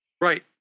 Right